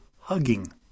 hugging